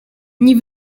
nie